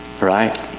right